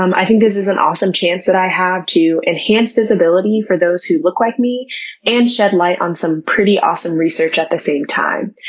um i think this is an awesome chance that i have to enhance this ability for those who look like me and shed light on some pretty awesome research at the same time.